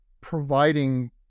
providing